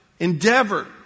endeavor